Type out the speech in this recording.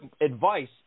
advice